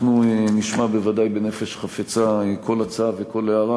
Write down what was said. אנחנו נשמע בוודאי בנפש חפצה כל הצעה וכל הערה,